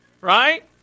Right